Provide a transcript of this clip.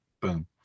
Boom